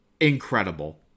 Incredible